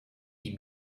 die